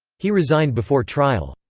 he resigned before trial.